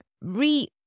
re